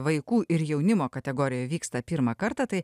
vaikų ir jaunimo kategorijoj vyksta pirmą kartą tai